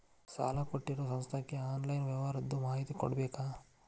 ಸಾಲಾ ಕೊಟ್ಟಿರೋ ಸಂಸ್ಥಾಕ್ಕೆ ಆನ್ಲೈನ್ ವ್ಯವಹಾರದ್ದು ಮಾಹಿತಿ ಕೊಡಬೇಕಾ?